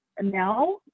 now